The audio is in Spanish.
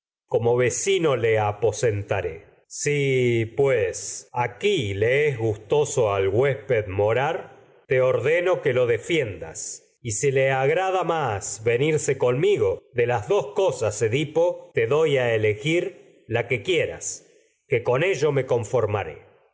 como vecino aposentaré si pues aquí lo le es y gustoso al huésped morar te ordeno que si le agrada más venirse conmigo de las te defiendas cosas ello dos edipo doy a elegir la que quieras que con me conformaré